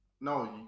No